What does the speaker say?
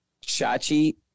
Shachi